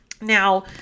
Now